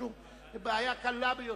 בעיה קלה ביותר.